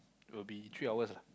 it will be three hours lah